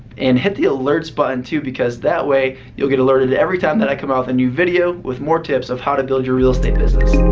and hit the alerts button, too, because that way, you'll get alerted every time that i come out with a new video with more tips of how to build your real estate business.